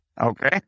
okay